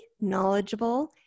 knowledgeable